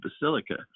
Basilica